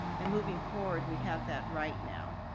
and moving forward we have that right now.